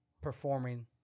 Performing